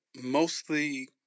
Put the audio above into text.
mostly